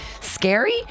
scary